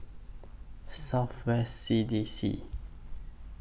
South West C D C